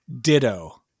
Ditto